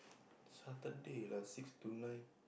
Saturday lah six to nine